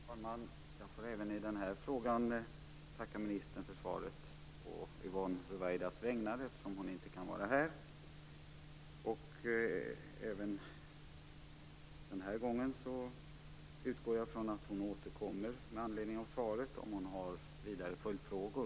Herr talman! Jag får även i den här frågan tacka ministern för svaret å Yvonne Ruwaidas vägnar, eftersom hon inte kan vara här. Även den här gången utgår jag från att hon återkommer med anledning av svaret om hon har vidare följdfrågor.